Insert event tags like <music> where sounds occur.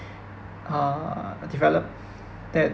err developed <breath> that